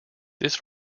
this